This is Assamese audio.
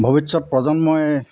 ভৱিষ্যত প্ৰজন্মই